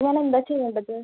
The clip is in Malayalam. ഞാൻ എന്താ ചെയ്യേണ്ടത്